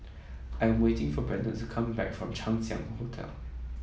I am waiting for Brenden to come back from Chang Ziang Hotel